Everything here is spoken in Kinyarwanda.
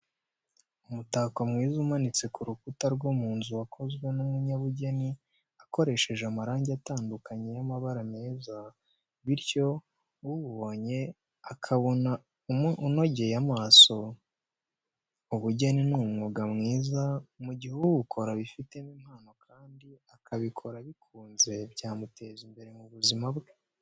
Umutako mwiza umanitse ku rukuta rwo mu nzu wakozwe n'umunyabugeni akoresheje amarangi atandukanye y'amabara meza, bityo uwubonye akabona unogeye amaso. Ubugeni ni umwuga mwiza mu gihe uwukora abifitemo impano kandi akabikora abikunze byamuteza imbere mu buzima bwe.